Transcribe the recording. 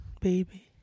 baby